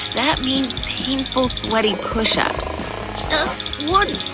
that means painful, sweaty push-ups. just one